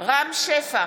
רם שפע,